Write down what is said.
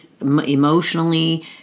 emotionally